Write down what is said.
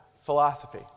philosophy